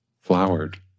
flowered